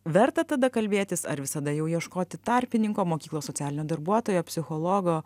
verta tada kalbėtis ar visada jau ieškoti tarpininko mokyklos socialinio darbuotojo psichologo